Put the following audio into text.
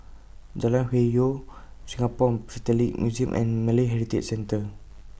Jalan Hwi Yoh Singapore Philatelic Museum and Malay Heritage Center